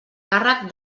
càrrec